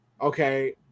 okay